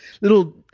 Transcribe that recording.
little